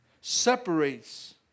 separates